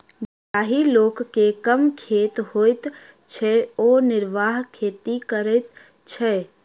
जाहि लोक के कम खेत होइत छै ओ निर्वाह खेती करैत छै